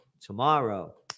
tomorrow